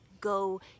go